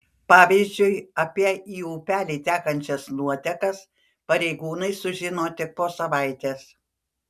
pavyzdžiui apie į upelį tekančias nuotekas pareigūnai sužino tik po savaitės